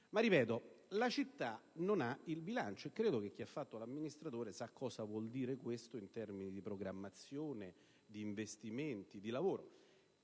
Ripeto: la città non ha il bilancio e credo che chi ha fatto l'amministratore sappia cosa vuol dire questo in termini di programmazione, investimenti e lavoro.